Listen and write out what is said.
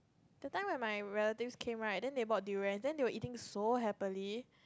that time when my relatives came right then they brought durians then they were eating so happily